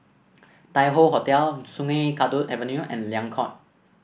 Tai Hoe Hotel Sungei Kadut Avenue and Liang Court